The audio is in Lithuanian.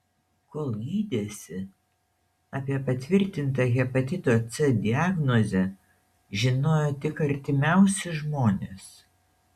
kol gydėsi apie patvirtintą hepatito c diagnozę žinojo tik artimiausi žmonės